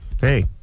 Hey